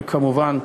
וכמובן,